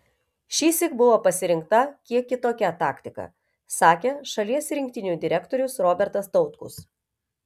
šįsyk buvo pasirinkta kiek kitokia taktika sakė šalies rinktinių direktorius robertas tautkus